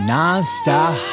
Non-stop